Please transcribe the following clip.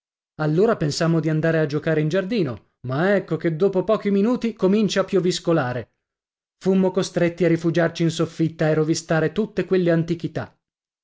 allora pensammo di andare a giocare in giardino ma ecco che dopo pochi minuti comincia a pioviscolare fummo costretti a rifugiarci in soffitta e rovistare tutte quelle antichità